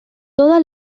toda